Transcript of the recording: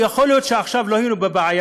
יכול להיות שעכשיו לא היינו בבעיה,